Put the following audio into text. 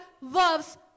loves